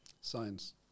science